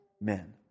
men